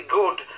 good